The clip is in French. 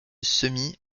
semis